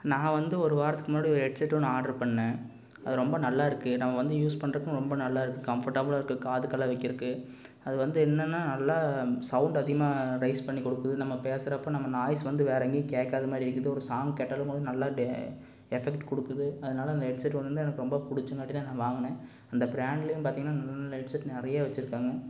நான் வந்து ஒரு வாரத்துக்கு முன்னாடி ஒரு ஹெட்செட் ஒன்று ஆர்டர் பண்ணேன் அது ரொம்ப நல்லாருக்குது நம்ம வந்து யூஸ் பண்ணுறதுக்கும் ரொம்ப நல்லாருக்குது கம்ஃபோர்ட்டபுல்லாக இருக்குது காதுக்கெலாம் வைக்கிறதுக்கு அது வந்து என்னென்ன நல்லா சௌன்டு அதிகமாக ரைஷ் பண்ணிக்கொடுக்குது நம்ம பேசுகிறப்ப நம்ம நாய்ஸ் வந்து வேறெங்கேயும் கேக்காதமாதிரி இருக்குது ஒரு சாங்க் கேட்டாலும்கூட நல்லா டே எஃபெக்ட் கொடுக்குது அதனால இந்த ஹெட்செட் ஒன்றுதான் எனக்கு ரொம்ப பிடிச்சங்காட்டிதான் நான் வாங்கினேன் அந்த பிராண்ட்லயும் பார்த்தீங்கன்னா நல்ல நல்ல ஹெட்செட் நிறையா வச்சிருக்காங்கள்